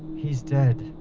he's dead